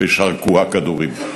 ושרקו הכדורים.